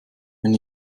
wenn